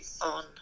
on